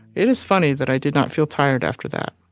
it is funny that i did not feel tired after that.